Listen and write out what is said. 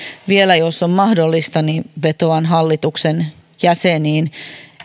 vielä jos on mahdollista vetoan hallituksen jäseniin